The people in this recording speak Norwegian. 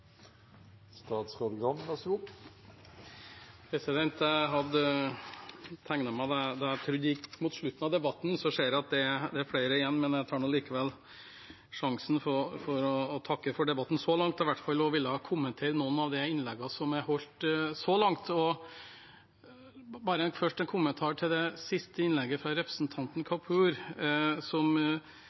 Jeg hadde tegnet meg, for jeg trodde det gikk mot slutten av debatten. Nå ser jeg at det er flere igjen, men jeg tar likevel sjansen på å takke for debatten så langt, i hvert fall, og vil kommentere noen av de innleggene som er holdt så langt. Først en kommentar til det siste innlegget fra representanten Kapur, som